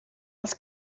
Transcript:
els